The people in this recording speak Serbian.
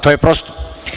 To je prosto.